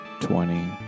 twenty